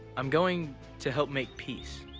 i'm going to help make peace.